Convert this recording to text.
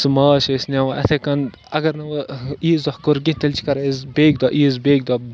سُہ ماز چھِ أسۍ نِوان یِتھَے کٔن اَگر نہٕ وۄنۍ عیٖذ دۄہ کوٚر کیٚنٛہہ تیٚلہِ چھِ کَرا أسۍ بیٚکۍ دۄہ عیٖذ بیٚکۍ دۄہ